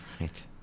Right